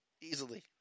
easily